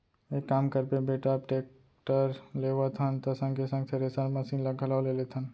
एक काम करबे बेटा अब टेक्टर लेवत हन त संगे संग थेरेसर मसीन ल घलौ ले लेथन